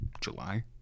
July